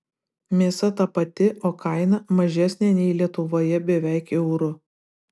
mėsa ta pati o kaina mažesnė nei lietuvoje beveik euru